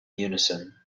unison